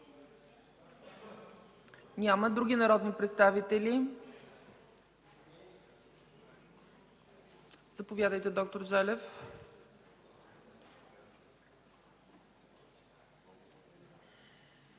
Няма. Други народни представители? Заповядайте, господин Иванов.